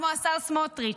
כמו השר סמוטריץ'.